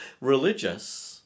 religious